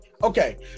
Okay